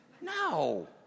No